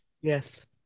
Yes